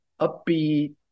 upbeat